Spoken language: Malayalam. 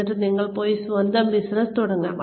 എന്നിട്ട് നിങ്ങൾക്ക് പോയി സ്വന്തം ബിസിനസ്സ് തുടങ്ങാം